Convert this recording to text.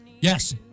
Yes